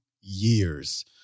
years